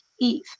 Eve